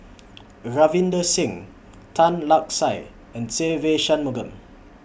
Ravinder Singh Tan Lark Sye and Se Ve Shanmugam